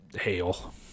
Hail